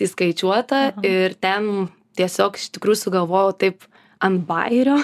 įskaičiuota ir ten tiesiog iš tikrųjų sugalvojau taip ant bajerio